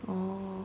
oh